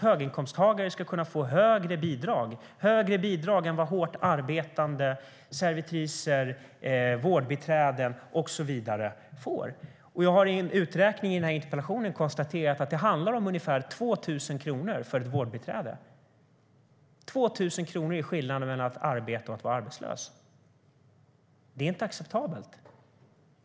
Höginkomsttagare ska kunna få högre bidrag än vad hårt arbetande servitriser, vårdbiträden och så vidare får. Jag har i en uträkning i interpellationen konstaterat att det handlar om ungefär 2 000 kronor för ett vårdbiträde. 2 000 kronor är skillnaden mellan att arbeta och att vara arbetslös. Det är inte acceptabelt.